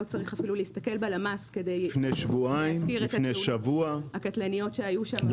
ולא צריך אפילו להסתכל בלמ"ס כדי לראות את התאונות הקטלניות שהיו שם.